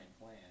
plan